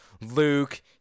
Luke